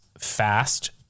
fast